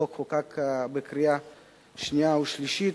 החוק חוקק בקריאה שנייה ושלישית.